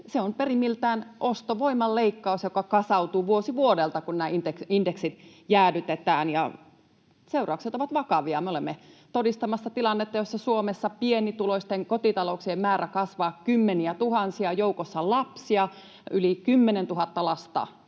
ovat perimmiltään ostovoiman leikkausta, joka kasautuu vuosi vuodelta, kun nämä indeksit jäädytetään, ja seuraukset ovat vakavia. Me olemme todistamassa tilannetta, jossa Suomessa pienituloisten kotitalouksien määrä kasvaa kymmeniätuhansia, joukossa lapsia. Yli 10 000 lasta